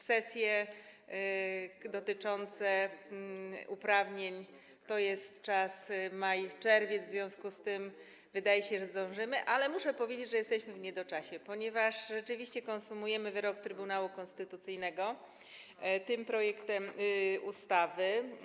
Sesje dotyczące uprawnień to jest czas maj-czerwiec, w związku z czym wydaje się, że zdążymy, ale muszę powiedzieć, że jesteśmy w niedoczasie, ponieważ rzeczywiście konsumujemy wyrok Trybunału Konstytucyjnego tym projektem ustawy